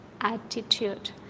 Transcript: attitude